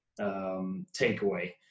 takeaway